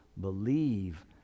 believe